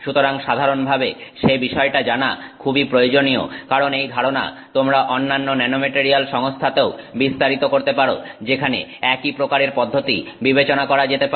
সুতরাং সাধারণভাবে সে বিষয়টা জানা খুবই প্রয়োজনীয় কারণ এই ধারণা তোমরা অন্যান্য ন্যানোমেটারিয়াল সংস্থাতেও বিস্তারিত করতে পারো যেখানে একই প্রকারের পদ্ধতি বিবেচনা করা যেতে পারে